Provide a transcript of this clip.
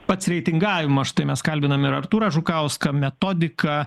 pats reitingavimas štai mes kalbinam artūrą žukauską metodika